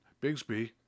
Bigsby